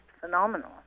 phenomenal